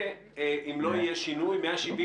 אם לא יהיה שינוי אז 170